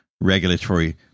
regulatory